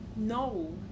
No